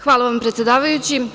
Hvala vam, predsedavajući.